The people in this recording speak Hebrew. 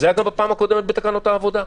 זה היה גם בפעם הקודמת בתקנות העבודה.